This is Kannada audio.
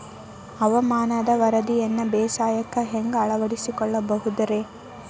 ಹವಾಮಾನದ ವರದಿಯನ್ನ ಬೇಸಾಯಕ್ಕ ಹ್ಯಾಂಗ ಅಳವಡಿಸಿಕೊಳ್ಳಬಹುದು ರೇ?